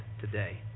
today